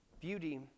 Beauty